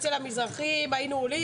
אצל המזרחים היינו עולים,